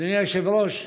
אדוני היושב-ראש,